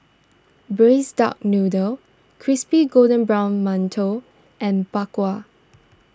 Braised Duck Noodle Crispy Golden Brown Mantou and Bak Kwa